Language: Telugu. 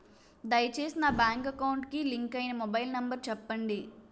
దయచేసి నా బ్యాంక్ అకౌంట్ కి లింక్ అయినా మొబైల్ నంబర్ చెప్పండి